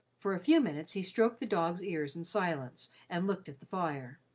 for a few minutes he stroked the dog's ears in silence and looked at the fire.